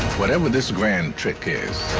whatever this grand trick is.